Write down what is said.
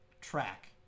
track